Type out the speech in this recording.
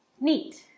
neat